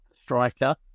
striker